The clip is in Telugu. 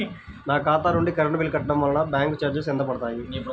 నా ఖాతా నుండి కరెంట్ బిల్ కట్టడం వలన బ్యాంకు చార్జెస్ ఎంత పడతాయా?